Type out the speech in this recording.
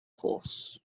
horse